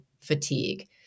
fatigue